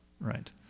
Right